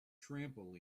trampoline